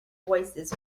voices